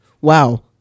wow